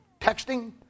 texting